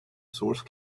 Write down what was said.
source